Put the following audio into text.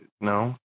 No